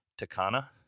Takana